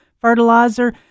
fertilizer